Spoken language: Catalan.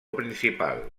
principal